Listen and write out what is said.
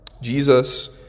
Jesus